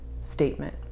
statement